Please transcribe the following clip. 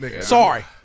Sorry